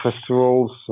festivals